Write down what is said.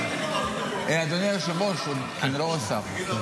אדוני היושב-ראש, אני לא רואה שר.